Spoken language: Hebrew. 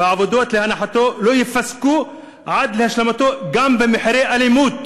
והעבודות להנחתו לא ייפסקו עד להשלמתו גם במחירי אלימות."